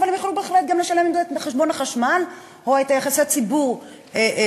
אבל הם יכלו בהחלט גם לשלם בזה את חשבון החשמל או את יחסי הציבור שלהם.